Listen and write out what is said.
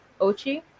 Ochi